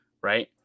right